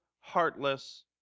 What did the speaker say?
heartless